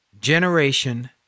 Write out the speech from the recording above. generation